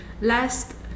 last